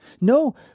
No